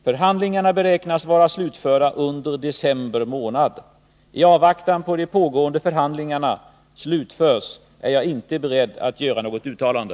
Förhandlingarna beräknas vara slutförda under december månad. I avvaktan på att de pågående förhandlingarna slutförs är jag inte beredd att göra något uttalande.